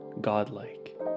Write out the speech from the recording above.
godlike